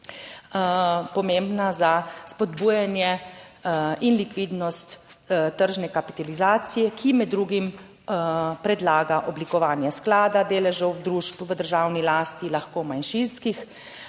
pomembna za spodbujanje in likvidnost tržne kapitalizacije, ki med drugim predlaga oblikovanje sklada deležev družb v državni lasti, lahko manjšinskih,